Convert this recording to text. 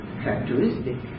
characteristic